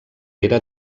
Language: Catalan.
era